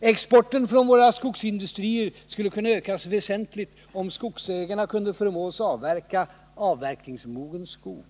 Exporten från våra skogsindustrier skulle kunna ökas väsentligt, om skogsägarna kunde förmås avverka avverkningsmogen skog.